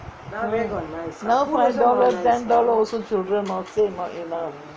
now five dollar ten dollar also children not say not enough